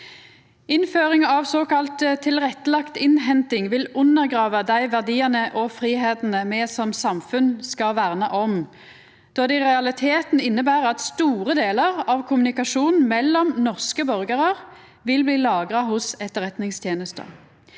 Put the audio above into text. Innføring av såkalla tilrettelagd innhenting vil undergrava dei verdiane og fridomane me som samfunn skal verna om, då det i realiteten inneber at store delar av kommunikasjonen mellom norske borgarar vil bli lagra hos Etterretningstenesta.